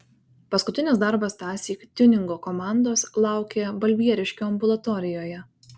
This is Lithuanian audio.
paskutinis darbas tąsyk tiuningo komandos laukė balbieriškio ambulatorijoje